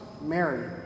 Mary